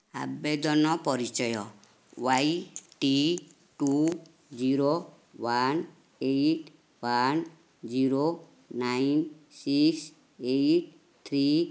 ଆବେଦନ ପରିଚୟ Y T two zero one eight one zero nine six eight three